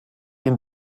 ihn